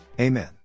Amen